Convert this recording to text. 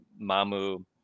mamu